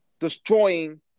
destroying